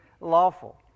lawful